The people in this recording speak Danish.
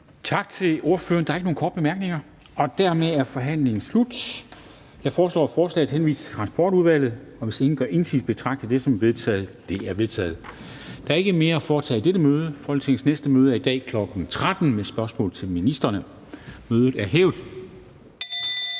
Tak til ordføreren. Der er ikke nogen korte bemærkninger, og dermed er forhandlingen slut. Jeg foreslår, at forslaget henvises til Transportudvalget. Hvis ingen gør indsigelse, betragter jeg det som vedtaget. Det er vedtaget. Der er ikke mere at foretage i dette møde. Folketingets næste møde er i dag kl. 13.00 med spørgsmål til ministrene. Mødet er udsat.